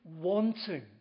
wanting